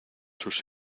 sus